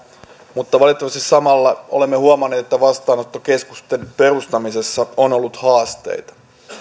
mutta valitettavasti samalla olemme huomanneet että vastaanottokeskusten perustamisessa on ollut haasteita